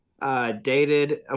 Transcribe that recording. dated